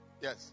Yes